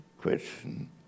question